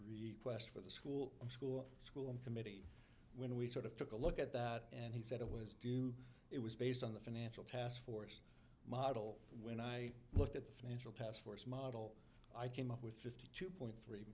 request for the school school school committee when we sort of took a look at that and he said it was due it was based on the financial taskforce model when i looked at the financial taskforce model i came up with fifty two point three